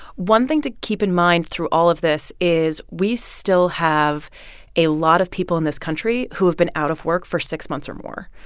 one thing to keep in mind through all of this is we still have a lot of people in this country who have been out of work for six months or more.